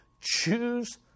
choose